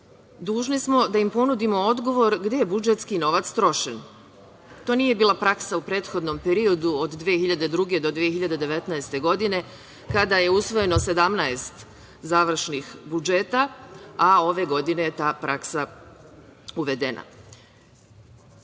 dužni smo da im ponudimo odgovor gde je budžetski novac trošen. To nije bila praksa u prethodnom periodu od 2002. do 2019. godine, kada je usvojeno 17 završnih budžeta, a ove godine je ta praksa uvedena. Ove